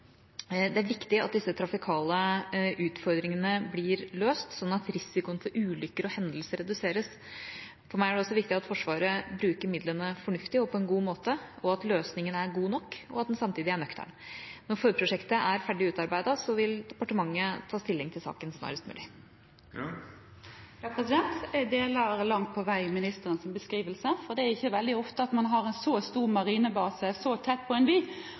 Det er viktig at disse trafikale utfordringene blir løst, sånn at risikoen for ulykker og hendelser reduseres. For meg er det også viktig at Forsvaret bruker midlene fornuftig og på en god måte, at løsningen er god nok, og at den samtidig er nøktern. Når forprosjektet er ferdig utarbeidet, vil departementet ta stilling til saken snarest mulig. Jeg er langt på vei enig i ministerens beskrivelse, for det er ikke veldig ofte at man har en så stor marinebase så tett på en